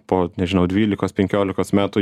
po nežinau dvylikos penkiolikos metų